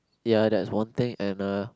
ya that's one thing and a